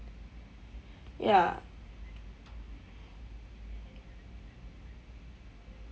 ya